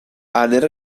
aner